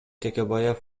текебаев